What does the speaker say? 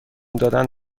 دادن